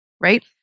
right